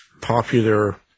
popular